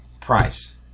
price